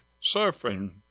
suffering